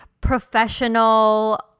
professional